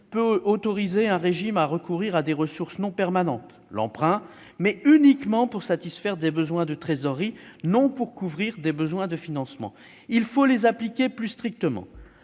peut autoriser un régime à recourir à des ressources non permanentes, telles que l'emprunt, mais uniquement pour satisfaire des besoins de trésorerie et non pour couvrir des besoins de financement. Il faut appliquer ces dispositions